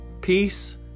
peace